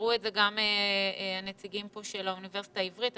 ואמרו זאת גם הנציגים פה של האוניברסיטה העברית,